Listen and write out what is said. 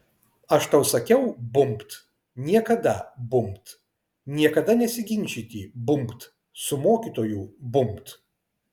aš tau sakiau bumbt niekada bumbt niekada nesiginčyti bumbt su mokytoju bumbt